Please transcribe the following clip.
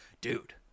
dude